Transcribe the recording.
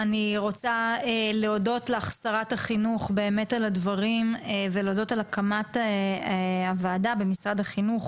אני רוצה להודות לך על הדברים ולהודות על הקמת הוועדה או